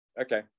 Okay